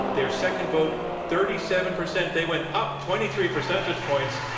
their second vote, thirty seven percent. they went up twenty three percentage points.